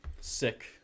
sick